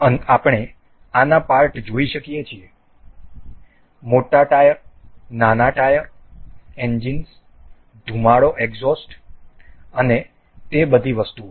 આપણે આના પાર્ટ જોઈ શકીએ છીએ મોટા ટાયર નાના ટાયર એન્જિન્સ ધુમાડો એક્ઝોસ્ટ અને તે બધી વસ્તુઓ